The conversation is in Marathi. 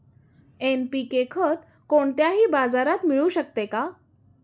एन.पी.के खत कोणत्याही बाजारात मिळू शकते का?